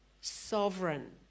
sovereign